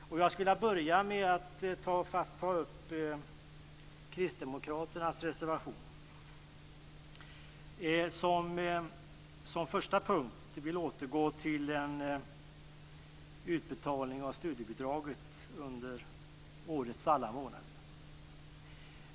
Jag skulle vilja börja med att ta upp kristdemokraternas reservation. Den vill som första punkt återgå till en utbetalning av studiebidraget under årets alla månader.